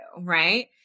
right